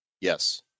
Yes